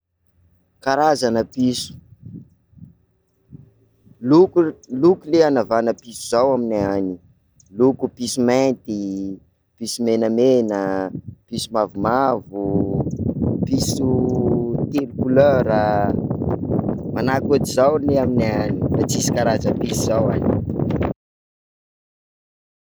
Karazana piso: loko- loko ley hanavahana piso zao aminay any, loko, piso mainty, piso menamena, piso mavomavo, piso telo couleur, manahaka otr'izao ley aminay any fa tsisy karazana piso zao any.